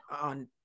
on